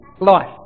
life